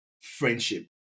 friendship